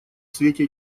свете